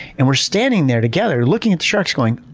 and we're standing there together looking at sharks going,